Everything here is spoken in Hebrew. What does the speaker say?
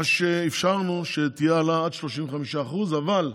מה שאפשרנו, שתהיה העלאה עד 35% עד.